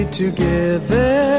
together